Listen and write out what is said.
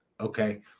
Okay